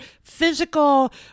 physical